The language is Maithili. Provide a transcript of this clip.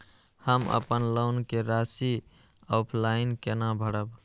हम अपन लोन के राशि ऑफलाइन केना भरब?